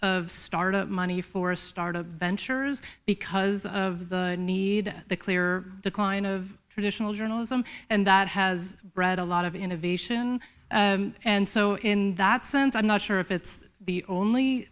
of start up money for a start up ventures because of the need to clear the cline of traditional journalism and that has bred a lot of innovation and so in that sense i'm not sure if it's the only